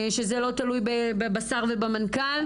שזה לא תלוי בשר ובמנכ"ל,